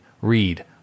read